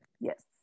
Yes